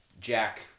Jack